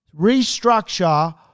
restructure